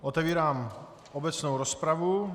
Otevírám obecnou rozpravu.